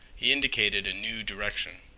he indicated a new direction.